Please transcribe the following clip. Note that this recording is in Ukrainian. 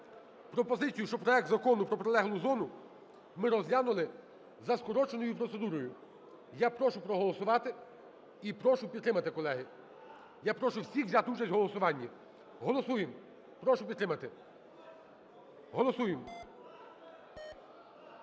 пропозицію, щоб проект Закону про прилеглу зону ми розглянули за скороченою процедурою. Я прошу проголосувати і прошу підтримати. Колеги, я прошу всіх взяти участь у голосуванні. Голосуємо, прошу підтримати. Голосуємо.